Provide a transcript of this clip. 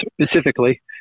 specifically